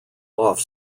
off